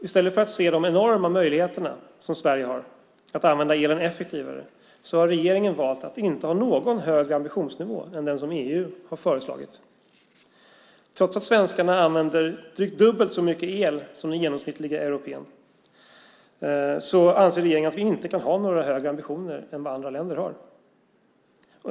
I stället för att se de enorma möjligheterna som Sverige har att använda elen effektivare har regeringen valt att inte ha någon högre ambitionsnivå än den som EU har föreslagit. Trots att svenskarna använder drygt dubbelt så mycket el som den genomsnittliga europén anser regeringen att vi inte kan ha några högre ambitioner än vad andra länder har.